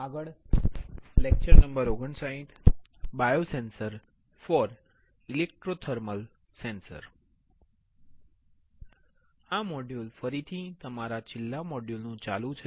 આ મોડ્યુલ ફરીથી તમારા છેલ્લા મોડ્યુલ નું ચાલુ છે